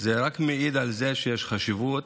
וזה רק מעיד על זה שיש בכך חשיבות.